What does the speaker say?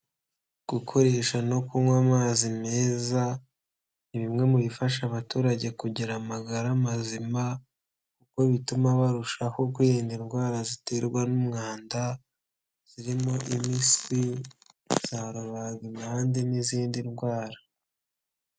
Gukoresha no kunywa amazi meza ni bimwe mu bifasha abaturage kugira amagara mazima kuko bituma barushaho guhenda indwara ziterwa n'umwanda zirimo iminsisi, za rubaga impande n'izindi ndwara.